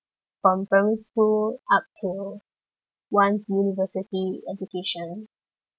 from primary school up till one's university education